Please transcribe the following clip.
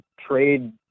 trade